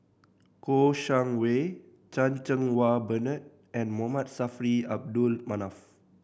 Kouo Shang Wei Chan Cheng Wah Bernard and Momud Saffri Abdul Manaf